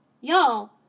Y'all